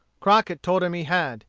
crockett told him he had.